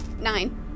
nine